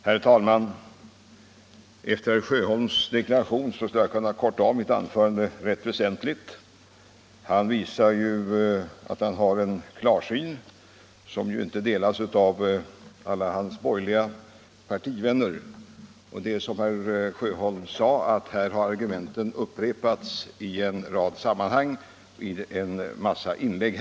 Herr talman! Efter herr Sjöholms deklaration kan jag korta av mitt anförande rätt väsentligt. Herr Sjöholm visar en klarsyn som inte delas av hans borgerliga vänner, och som han sade har argumenten upprepats i en massa inlägg.